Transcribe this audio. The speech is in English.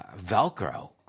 Velcro